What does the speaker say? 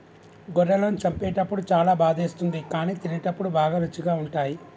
గొర్రెలను చంపేటప్పుడు చాలా బాధేస్తుంది కానీ తినేటప్పుడు బాగా రుచిగా ఉంటాయి